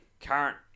current